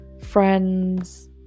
friends